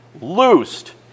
loosed